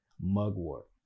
mugwort